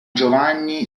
giovanni